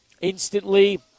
instantly